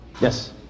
Yes